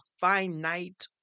finite